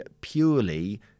purely